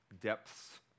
depths